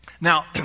Now